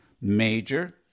major